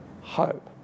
hope